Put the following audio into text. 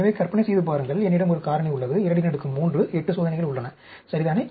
எனவே கற்பனை செய்து பாருங்கள் என்னிடம் ஒரு காரணி உள்ளது 23 8 சோதனைகள் உள்ளன சரிதானே